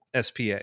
SPA